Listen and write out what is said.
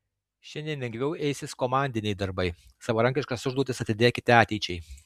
šiandien lengviau eisis komandiniai darbai savarankiškas užduotis atidėkite ateičiai